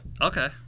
okay